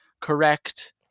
correct